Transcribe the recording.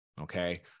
Okay